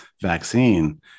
vaccine